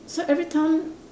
so everytime